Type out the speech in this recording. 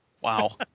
Wow